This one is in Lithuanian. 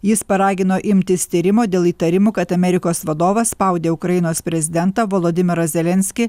jis paragino imtis tyrimo dėl įtarimų kad amerikos vadovas spaudė ukrainos prezidentą volodymyrą zelenskį